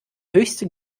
höchste